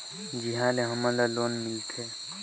Debit या credit card कौन होएल?